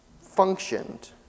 functioned